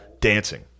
dancing